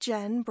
Jen